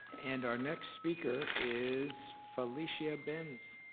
and our next speaker is felicia benzo.